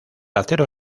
acero